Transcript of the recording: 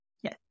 yes